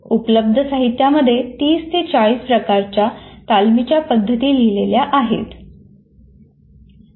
उपलब्ध साहित्यामध्ये 30 ते 40 प्रकारच्या तालमीच्या पद्धती लिहिलेल्या आहेत